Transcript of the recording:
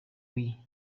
hui